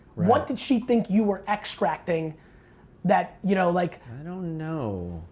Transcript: what did she think you were extracting that you know, like i don't know.